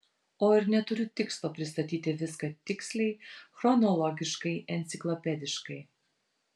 o ir neturiu tikslo pristatyti viską tiksliai chronologiškai enciklopediškai